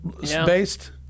based